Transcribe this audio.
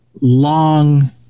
long